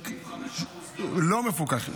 75% לא מפוקח.